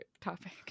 topic